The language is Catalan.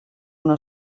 una